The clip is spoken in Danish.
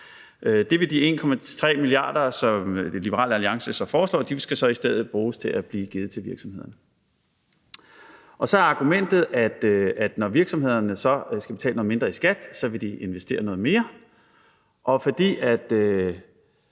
De 1,3 mia. kr., som Liberal Alliance foreslår, skal så i stedet for bruges til at blive givet til virksomhederne. Argumentet er, at når virksomhederne skal betale lidt mindre i skat, vil de investere noget mere, og når